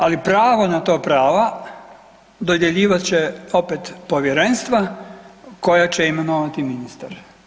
Ali pravo na ta prava dodjeljivat će opet povjerenstva koja će imenovati ministar.